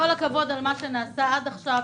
כל הכבוד על מה שנעשה עד עכשיו.